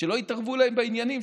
שלא יתערבו להם בעניינים,